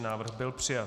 Návrh byl přijat.